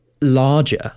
larger